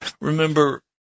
Remember